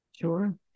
sure